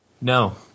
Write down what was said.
No